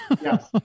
Yes